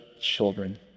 children